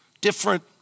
different